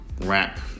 rap